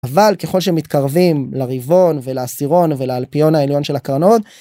אבל ככל שמתקרבים לריבעון ולעשירון ולאלפיון העליון של הקרנות.